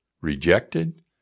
rejected